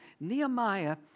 Nehemiah